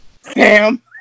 Sam